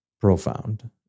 profound